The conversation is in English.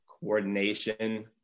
coordination